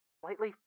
slightly